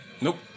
Nope